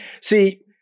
See